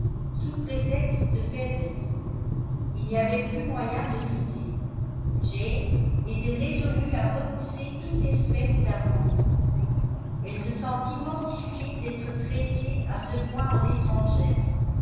sous prétexte de faiblesse il n'y avait plus moyen de douter jane était résolue à repousser toute espèce d'avances elle se sentit mortifiée d'être traitée à ce point en étrangère